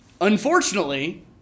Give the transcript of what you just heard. unfortunately